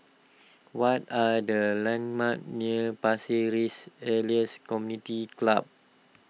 what are the landmarks near Pasir Ris Elias Community Club